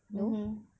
no